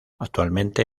actualmente